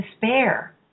despair